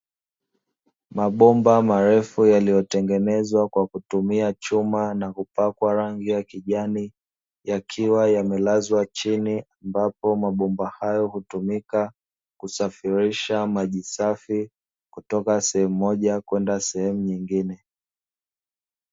Mabomba marefu yaliyotengenezwa kwa kutumia chuma na kupakwa rangi ya kijani yakiwa yamelazwa chini, ambapo mabomba hayo hutumika kusafirisha maji safi, kutoka sehemu moja kwenda sehemu nyingine.